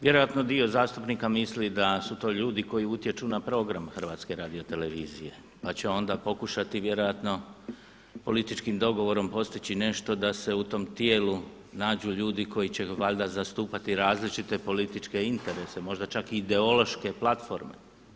Vjerojatno dio zastupnika misli da su to ljudi koji utječu na program HRT-a, pa će onda pokušati vjerojatno političkim dogovorom postići nešto da se u tom tijelu nađu ljudi koji će valjda zastupati različite političke interese, možda čak i ideološke platforme.